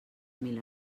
mil